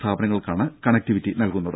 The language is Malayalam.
സ്ഥാപനങ്ങൾക്കാണ് കണക്ടിവിറ്റി നൽകുന്നത്